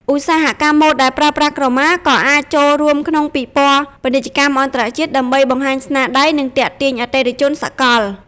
ឧស្សាហកម្មម៉ូដដែលប្រើប្រាស់ក្រមា ក៏អាចចូលរួមក្នុងពិព័រណ៍ពាណិជ្ជកម្មអន្តរជាតិ ដើម្បីបង្ហាញស្នាដៃ និងទាក់ទាញអតិថិជនសកល។